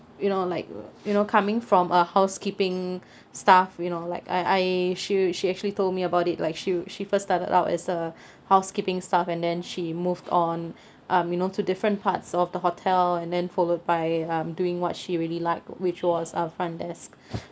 you know like you know coming from a housekeeping staff you know like I I she she actually told me about it like she she first started out as a housekeeping staff and then she moved on um you know to different parts of the hotel and then followed by um doing what she really liked which was uh front desk